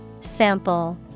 Sample